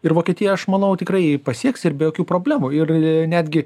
ir vokietija aš manau tikrai pasieks ir be jokių problemų ir netgi